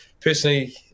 personally